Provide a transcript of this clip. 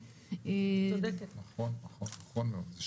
נכון מאוד, צודקת.